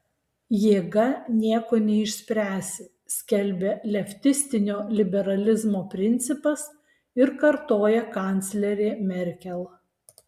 jėga nieko neišspręsi skelbia leftistinio liberalizmo principas ir kartoja kanclerė merkel